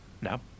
No